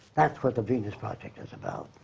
that's what the venus project is about.